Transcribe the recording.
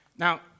Now